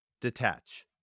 Detach